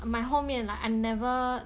my 后面 like I never